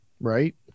Right